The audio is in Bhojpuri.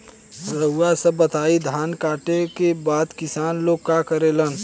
रउआ सभ बताई धान कांटेके बाद किसान लोग का करेला?